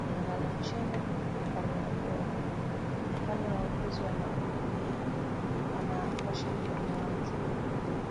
amelala chini amepanua mdomo. Wale wauguzi wanamhudumia wanaosha mdomo wake.